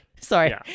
Sorry